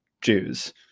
Jews